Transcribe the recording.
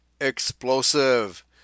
explosive